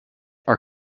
are